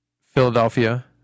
Philadelphia